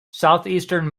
southeastern